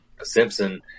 Simpson